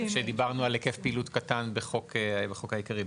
כשדיברנו על היקף פעילות קטן בחוק העיקרי,